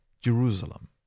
Jerusalem